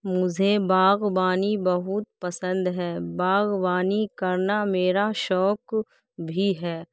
مجھے باغبانی بہت پسند ہے باغبانی کرنا میرا شوق بھی ہے